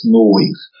noise